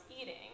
eating